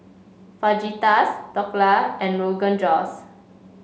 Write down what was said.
Fajitas Dhokla and Rogan Josh